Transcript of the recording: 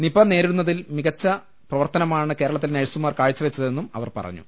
Nipah നേരിടുന്നതിൽ മികച്ച പ്രവർത്തനമാണ് കേരളത്തിലെ നഴ്സുമാർ കാഴ്ചവെച്ചതെന്നും അവർ പറഞ്ഞു